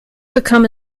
become